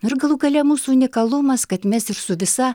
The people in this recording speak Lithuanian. ir galų gale mūsų unikalumas kad mes ir su visa